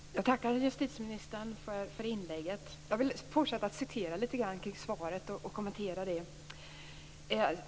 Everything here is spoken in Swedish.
Fru talman! Jag tackar justitieministern för inlägget. Jag vill fortsätta att kommentera justitieministerns svar.